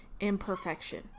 imperfection